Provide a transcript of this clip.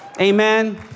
Amen